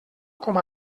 com